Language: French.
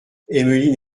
emmeline